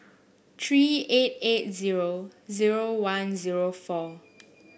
three eight eight zero zero one zero four